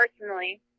personally